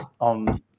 on